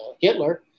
Hitler